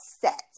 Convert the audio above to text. set